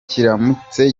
kiramutse